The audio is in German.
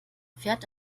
fährt